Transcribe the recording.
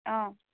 অঁ